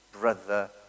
brother